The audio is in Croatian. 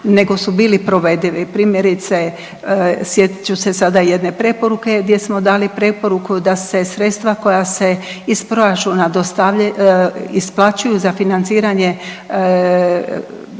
nego su bili provedivi, primjerice sjetit ću se sada jedne preporuke gdje smo dali preporuku da se sredstva koja se iz proračuna isplaćuju za financiranje